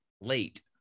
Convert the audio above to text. late